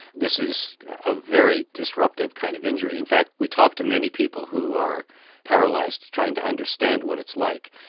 this is a very disruptive kind of injury. in fact we talked to many people who are paralysed, trying to understand what it's like,